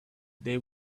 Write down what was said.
they